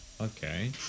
okay